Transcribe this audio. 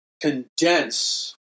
condense